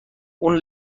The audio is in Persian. اول